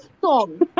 song